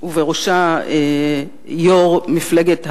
ובראשה מי שהיום הוא יושב-ראש מפלגת העצמאות,